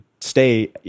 stay